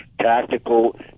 tactical